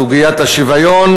סוגיית השוויון,